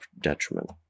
detriment